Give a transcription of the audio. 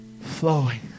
flowing